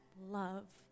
love